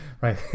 Right